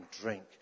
drink